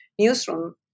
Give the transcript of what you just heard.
newsroom